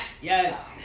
Yes